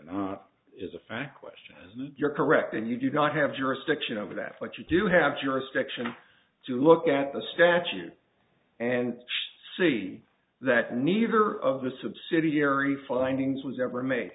not is a fact question you're correct and you do not have jurisdiction over that but you do have jurisdiction to look at the statute and see that neither of the subsidiary findings was ever made